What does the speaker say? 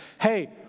hey